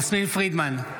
יסמין פרידמן,